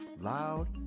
loud